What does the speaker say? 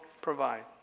provide